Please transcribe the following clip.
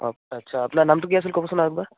আচ্ছা আপোনাৰ নামটো কি আছিল ক'বচোন একবাৰ